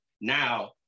now